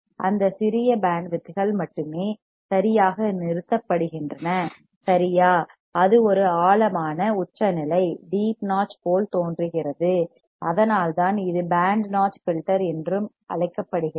அந்த சிறிய பேண்ட் வித்கள் மட்டுமே சரியாக நிறுத்தப்படுகின்றன சரியா அது ஒரு ஆழமான உச்சநிலை டீப் நாட்ச் போல் தோன்றுகிறது அதனால்தான் இது பேண்ட் நாட்ச் ஃபில்டர் என்று அழைக்கப்படுகிறது